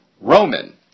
Roman